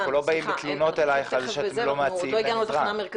עידן, סליחה, אנחנו עוד לא הגענו לתחנה מרכזית.